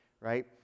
right